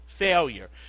Failure